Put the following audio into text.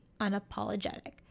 Unapologetic